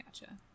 Gotcha